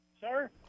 Sir